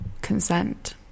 consent